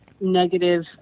negative